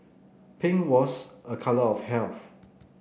pink was a colour of health